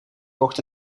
kocht